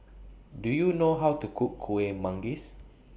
Do YOU know How to Cook Kueh Manggis